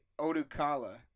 Odukala